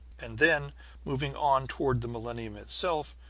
and then moving on toward the millennium itself,